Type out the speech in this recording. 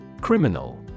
Criminal